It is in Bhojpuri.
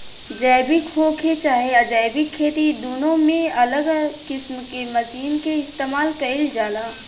जैविक होखे चाहे अजैविक खेती दुनो में अलग किस्म के मशीन के इस्तमाल कईल जाला